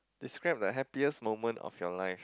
describe the happiest moment of your life